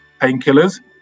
painkillers